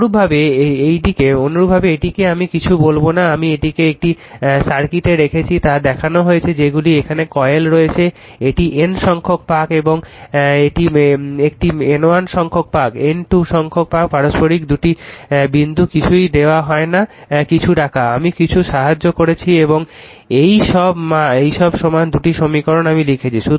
অনুরূপভাবে এটিকে আমি কিছু বলব না আমি এটিকে একটি সার্কিটে রেখেছি তা দেখানো হয়েছে যেগুলি এখানে কয়েল রয়েছে একটি N সংখ্যক পাক একটি N 1 সংখ্যক পাক N 2 সংখ্যক পাক পারস্পরিক বিন্দু কিছুই দেখানো হয় না কিছু রাখা আমি কিছু সাহায্য করছি এবং এই সব সমান দুটি সমীকরণ আমি লিখেছি